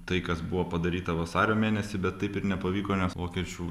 tai kas buvo padaryta vasario mėnesį bet taip ir nepavyko nes vokiečių